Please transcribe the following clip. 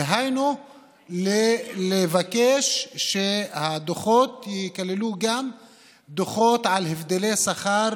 דהיינו לבקש שהדוחות יכללו גם דוחות על הבדלי שכר,